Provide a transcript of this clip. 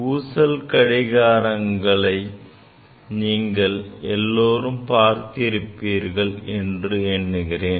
ஊசல் கடிகாரங்களை நீங்கள் எல்லோரும் பார்த்திருப்பீர்கள் என்று எண்ணுகிறேன்